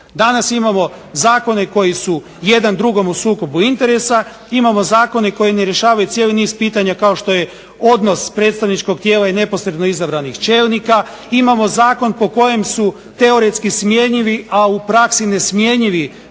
Danas imamo zakone koji su jedan drugom u sukobu interesa, imamo zakone koji ne rješavaju cijeli niz pitanja kao što je odnos predstavničkog tijela i neposredno izabranih čelnika, imamo zakon po kojem su teoretski smjenjivi, a u praksi nesmjenjivi